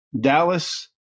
Dallas